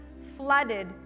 flooded